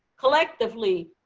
collectively,